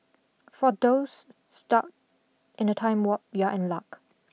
for those stuck in the time warp you are in luck